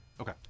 Okay